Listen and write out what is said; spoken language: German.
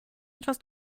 etwas